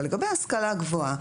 אבל לגבי ההשכלה הגבוהה,